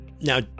Now